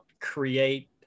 create